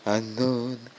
Unknown